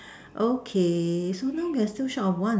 okay so now we are still short of one